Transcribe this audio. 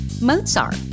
Mozart